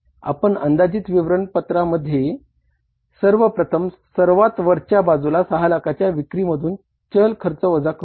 आपण अंदाजित विवरण पत्रामध्ये सर्व प्रथम सर्वात वरच्या बाजूला 6 लाखाच्या विक्री मधून चल खर्च वजा करूया